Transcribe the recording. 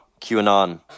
QAnon